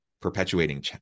perpetuating